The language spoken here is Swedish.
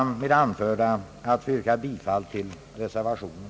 Jag ber med det anförda att få yrka bifall till reservationen.